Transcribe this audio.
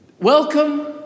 Welcome